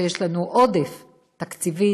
שיש לנו עודף תקציבי,